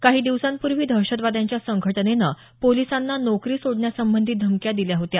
काही दिवसांपूर्वी दहशतवाद्यांच्या संघटनेनं पोलिसांना नोकरी सोडण्यासंबंधी धमक्या दिल्या होत्या